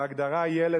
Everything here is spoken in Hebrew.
בהגדרה "ילד",